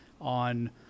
on